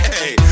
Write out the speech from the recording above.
Hey